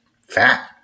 fat